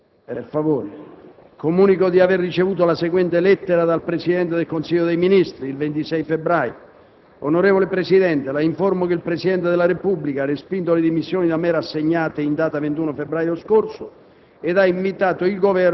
colleghi, comunico di aver ricevuto la seguente lettera dal Presidente del Consiglio dei ministri: «Roma, 26 febbraio 2007 Onorevole Presidente, La informo che il Presidente della Repubblica ha respinto le dimissioni da me rassegnate in data 21 febbraio scorso